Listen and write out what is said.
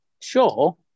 sure